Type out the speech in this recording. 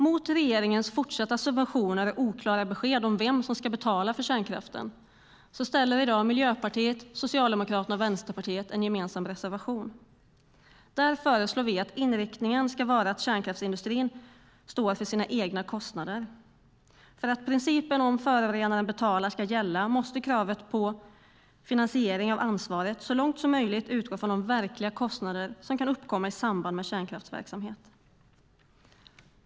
Mot regeringens fortsatta subventioner och oklara besked om vem som ska betala för kärnkraften lämnar Miljöpartiet tillsammans med Socialdemokraterna och Vänsterpartiet i dag en gemensam reservation. Där föreslår vi att inriktningen ska vara att kärnkraftsindustrin står för sina egna kostnader. För att principen om att förorenaren betalar ska gälla måste kravet på finansiering av ansvaret så långt som möjligt utgå från de verkliga kostnader som kan uppkomma i samband med kärnkraftsverksamhet.